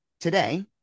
Today